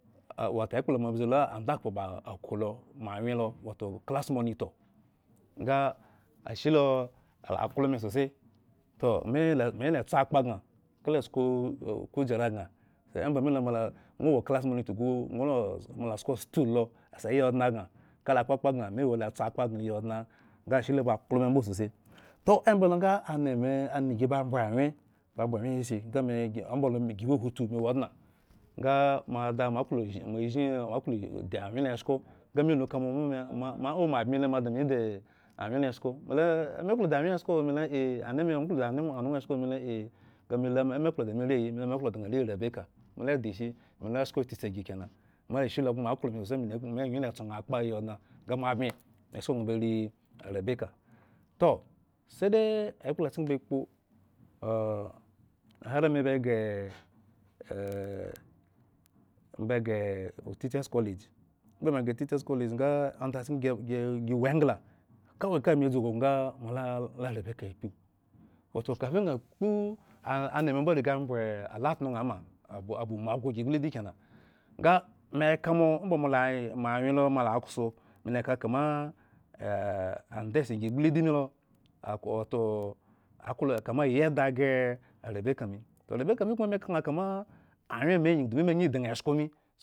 Ah wato ekplo moabzu la and akhpo lo. moa wyen lo wato class monito nga ashe lo a la klo me sose, toh. me la-mela. tso akpa gŋa kala sko ” ku- kujara gŋa emba. milo moala moawao class. monitor gu moa la sko skull lo asi yi odŋe gŋa kala kpakpa gŋa ashe lo ba klo me. mbo sose toh emba. lo nga. anime, anigi ba. mbere awyenba mbere awyen. asi nga me omba lo gi wo giwo a hutu gi wodŋa nga moada moaklo zh moazhim moaklo di awyen lo eshko mola me klodi awyen lo eshko me la ah anime nwo klo do me. rii ayi? Me la eshko eti cha gi kena, me ashe lo koma lo koma, aklo me. sose me angyi la tso ŋha akpa seyi odŋe, nga mo abmi eshko gŋa ba rii. Arabeka. sede ekplacken ba ekpo oh hare me. ba ghre eh me ba ghre o tichas. kolage nga onndachken gi-gi ewo egla kawe medzu egŋo ngo molula arabeka. akpu, wato kafin dŋa akpu anime mbo riga mbwre a latru ŋha ma abe-aba moabhgo gi gbridi kena. Nga meka mo omba mo mo la moawyen lo mola kso me. laka kama a-andetse gi gbridi milo milo ak. Wato aklo kama yi eda aghre arabeka. me, koma ŋha. koma awyen me koma me ka ŋha. kamaawyen me angyi domi ame angyi di ŋha eshko mi